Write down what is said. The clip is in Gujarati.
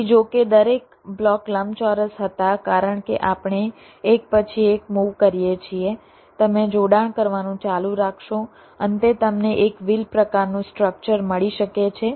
તેથી જો કે દરેક બ્લોક લંબચોરસ હતા કારણ કે આપણે એક પછી એક મૂવ કરીએ છીએ તમે જોડાણ કરવાનું ચાલુ રાખશો અંતે તમને એક વ્હીલ પ્રકારનું સ્ટ્રક્ચર મળી શકે છે